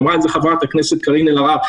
אמרה את זה חברת הכנסת קארין אלהרר.